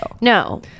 no